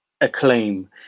acclaim